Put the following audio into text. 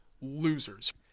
losers